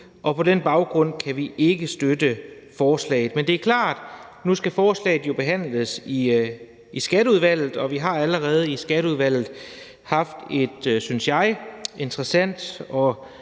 og på den baggrund kan vi ikke støtte forslaget. Men det er klart, at forslaget jo nu skal behandles i Skatteudvalget, og vi har allerede i Skatteudvalget haft et, synes jeg, interessant og